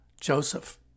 Joseph